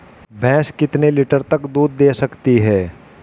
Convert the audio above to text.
भैंस कितने लीटर तक दूध दे सकती है?